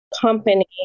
company